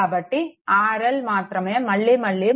కాబట్టి RL మాత్రమే మళ్లీ మళ్లీ మారుతోంది